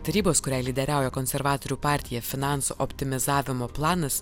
tarybos kuriai lyderiauja konservatorių partija finansų optimizavimo planas